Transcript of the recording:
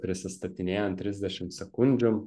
prisistatinėjant trisdešim sekundžių